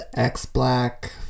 X-Black